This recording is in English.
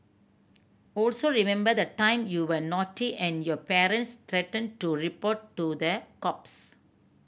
also remember the time you were naughty and your parents threatened to report to the cops